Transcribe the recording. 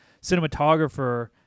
cinematographer